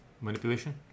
manipulation